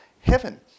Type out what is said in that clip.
heaven